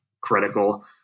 critical